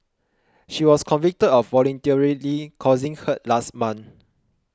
she was convicted of voluntarily causing hurt last month